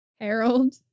Harold